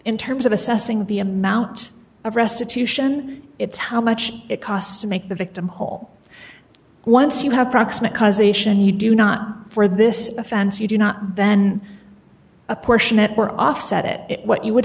in terms of assessing the amount of restitution it's how much it costs to make the victim whole once you have proximate cause ation you do not for this offense you do not then apportion it or offset it what you would